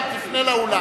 תפנה לאולם.